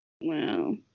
Wow